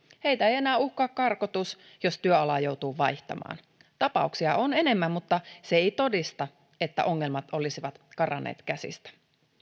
heitä ei enää uhkaa karkotus jos työalaa joutuu vaihtamaan tapauksia on enemmän mutta se ei todista että ongelmat olisivat karanneet käsistä